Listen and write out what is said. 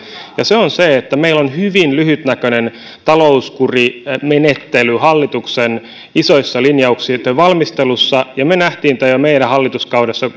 ja se on se että meillä on hyvin lyhytnäköinen talouskurimenettely hallituksen isoissa linjauksissa ja niitten valmistelussa ja me näimme tämän jo meidän hallituskaudellamme